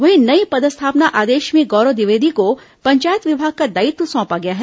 वहीं नई पदस्थापना आदेश में गौरव द्विवेदी को पंचायत विभाग का दायित्व सौंपा गया है